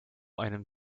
einem